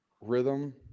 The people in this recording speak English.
rhythm